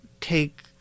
take